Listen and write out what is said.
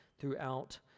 throughout